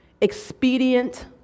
expedient